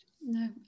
no